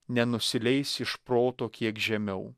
nenusileis iš proto kiek žemiau